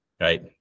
Right